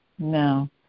No